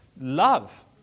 love